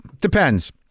depends